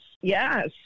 yes